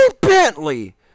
Bentley